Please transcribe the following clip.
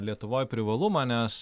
lietuvoj privalumą nes